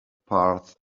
part